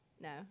No